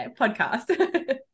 podcast